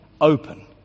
open